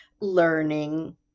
learning